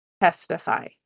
testify